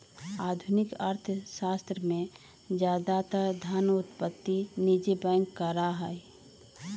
आधुनिक अर्थशास्त्र में ज्यादातर धन उत्पत्ति निजी बैंक करा हई